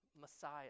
Messiah